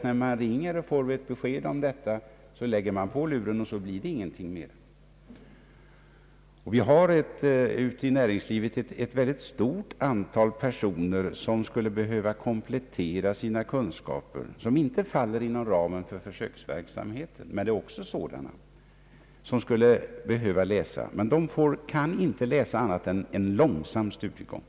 När man ringer och får besked om detta, lägger man på luren, och så blir det ingenting mer! Ute i näringslivet finns ett stort antal personer som skulle behöva komplettera sina kunskaper men som inte faller inom ramen för försöksverksamheten. De är också sådana som skulle behöva läsa men som inte kan läsa annat än i långsam studiegång.